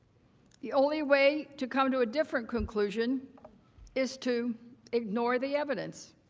the only way to come to a different conclusion is to ignore the evidence.